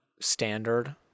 standard